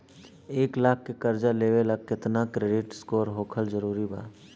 एक लाख के कर्जा लेवेला केतना क्रेडिट स्कोर होखल् जरूरी बा?